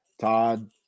todd